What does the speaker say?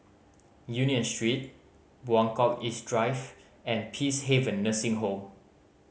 Union Street Buangkok East Drive and Peacehaven Nursing Home